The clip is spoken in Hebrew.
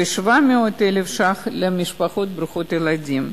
ו-700,000 שקלים למשפחות ברוכות ילדים.